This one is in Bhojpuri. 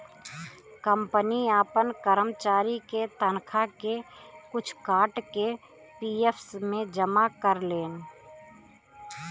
कंपनी आपन करमचारी के तनखा के कुछ काट के पी.एफ मे जमा करेलन